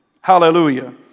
Hallelujah